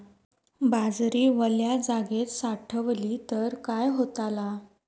बाजरी वल्या जागेत साठवली तर काय होताला?